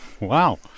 Wow